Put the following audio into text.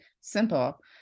simple